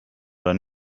oder